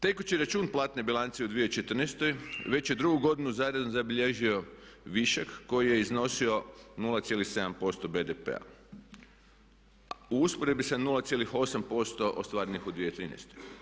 Tekući račun platne bilance u 2014. već je drugu godinu za redom zabilježio višak koji je iznosio 0,7% BDP-a u usporedbi sa 0,8% ostvarenih u 2013.